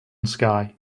sky